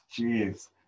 Jeez